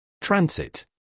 Transit